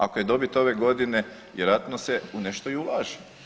Ako je dobit ove godine vjerojatno se u nešto i ulaže.